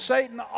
Satan